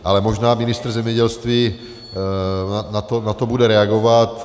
Ale možná ministr zemědělství na to bude reagovat.